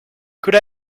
could